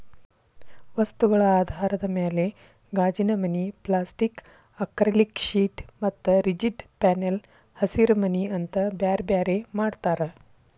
ವಸ್ತುಗಳ ಆಧಾರದ ಮ್ಯಾಲೆ ಗಾಜಿನಮನಿ, ಪ್ಲಾಸ್ಟಿಕ್ ಆಕ್ರಲಿಕ್ಶೇಟ್ ಮತ್ತ ರಿಜಿಡ್ ಪ್ಯಾನೆಲ್ ಹಸಿರಿಮನಿ ಅಂತ ಬ್ಯಾರ್ಬ್ಯಾರೇ ಮಾಡ್ತಾರ